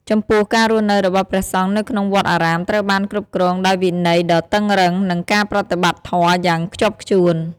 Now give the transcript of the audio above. ចំពោះ ការរស់នៅរបស់ព្រះសង្ឃនៅក្នុងវត្តអារាមត្រូវបានគ្រប់គ្រងដោយវិន័យដ៏តឹងរ៉ឹង និងការប្រតិបត្តិធម៌យ៉ាងខ្ជាប់ខ្ជួន។